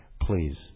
Please